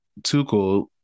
Tuchel